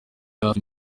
hafi